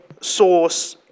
source